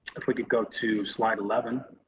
if we could go to slide eleven,